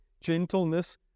gentleness